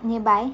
nearby